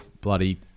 bloody